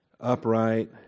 upright